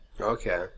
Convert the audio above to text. Okay